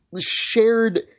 shared